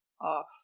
off